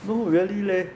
no really leh